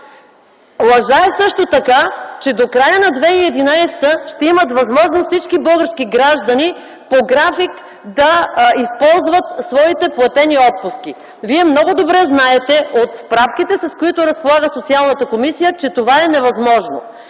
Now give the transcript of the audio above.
Лъжа е, също така, че до края на 2011 г. всички български граждани ще имат възможност по график да използват своите платени отпуски. Вие много добре знаете от справките, с които разполага Социалната комисия, че това е невъзможно.